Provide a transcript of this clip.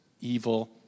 evil